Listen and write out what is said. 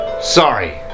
Sorry